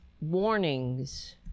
warnings